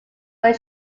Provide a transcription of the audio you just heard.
when